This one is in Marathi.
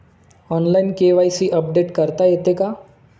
ऑनलाइन के.वाय.सी अपडेट करता येते का?